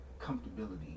comfortability